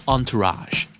Entourage